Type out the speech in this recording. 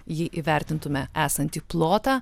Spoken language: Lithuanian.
jį įvertintumėme esantį plotą